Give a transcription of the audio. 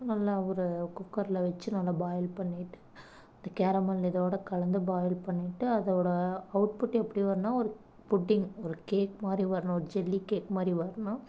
நல்லா ஊற குக்கர்ல வச்சு நல்லா பாயில் பண்ணிட்டு இந்த கேரமல் இதோடய கலந்து பாயில் பண்ணிட்டு அதோடய அவுட் புட் எப்படி வரும்னா ஒரு புட்டிக் ஒரு கேக் மாதிரி வரணும் ஜெல்லி கேக் மாதிரி வரணும்